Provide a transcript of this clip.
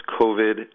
covid